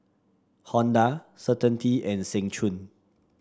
Honda Certainty and Seng Choon